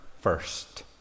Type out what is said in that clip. first